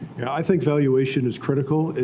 yeah, i think valuation is critical.